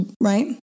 right